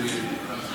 דומה,